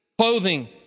Clothing